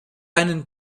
einen